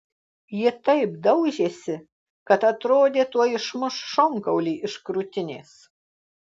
ji taip daužėsi kad atrodė tuoj išmuš šonkaulį iš krūtinės